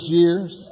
years